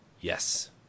Yes